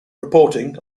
reporting